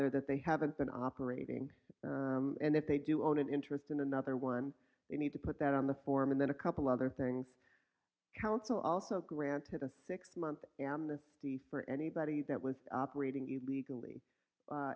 there that they haven't been operating and if they do own an interest in another one they need to put that on the form and then a couple other things council also granted a six month amnesty for anybody that was operating illegally